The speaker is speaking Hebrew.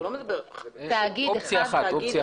אופציה אחת.